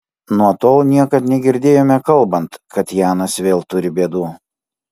nuo tol niekad negirdėjome kalbant kad janas vėl turi bėdų